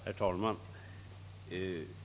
Herr talman!